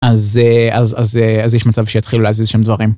אז אה.. אז, אז אה.. אז יש מצב שיתחילו להזיז שם דברים.